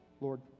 Lord